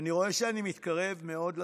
אני רואה שאני מתקרב מאד לסיום,